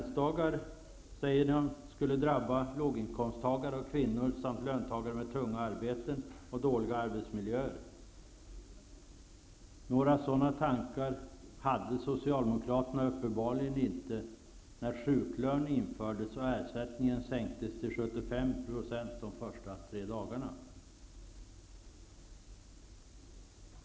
Socialdemokraterna, drabba låginkomsttagare och kvinnor samt löntagare med tunga arbeten och dåliga arbetsmiljöer. Några sådana tankar hade Socialdemokraterna uppenbarligen inte när sjuklön infördes och ersättningen sänktes till 75 % de tre första sjukdagarna.